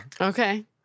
Okay